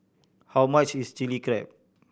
how much is Chili Crab